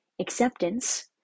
acceptance